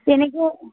তেনেকৈ